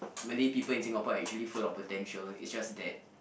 Malay people in Singapore are actually full of potential it's just that